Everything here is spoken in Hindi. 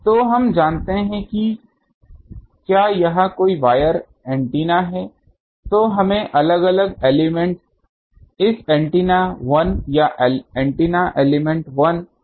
तो हम जानते हैं कि क्या यह कोई वायर एंटीना है तो हमें अलग अलग एलिमेंट इस एंटीना 1 या एंटीना एलिमेंट 1 एंटीना एलिमेंट मान लेते हैं